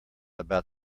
about